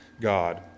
God